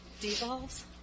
Devolves